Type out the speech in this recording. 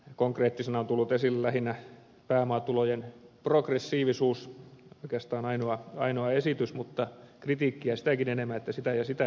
konkreettisena on tullut esille lähinnä pääomatulojen progressiivisuus oikeastaan ainoa esitys mutta kritiikkiä sitäkin enemmän että sitä ja sitä ei ole tehty